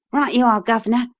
right you are, gov'nor.